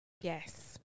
Yes